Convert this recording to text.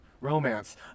romance